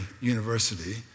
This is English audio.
University